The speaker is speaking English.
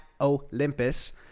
Olympus